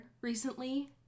recently